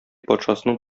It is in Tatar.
патшасының